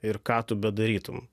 ir ką tu bedarytum